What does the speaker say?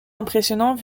impressionnant